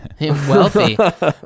wealthy